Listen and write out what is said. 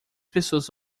pessoas